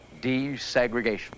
desegregation